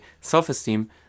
self-esteem